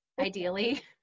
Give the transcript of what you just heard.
Ideally